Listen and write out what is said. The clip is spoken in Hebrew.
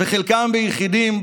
וחלקם ביחידים,